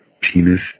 penis